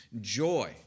joy